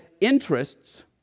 interests